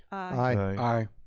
aye.